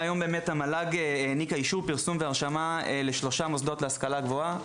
המל"ג העניקה אישור לשלושה מוסדות להשכלה גבוהה